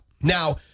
Now